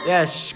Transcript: Yes